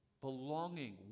Belonging